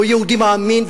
לא יהודי מאמין,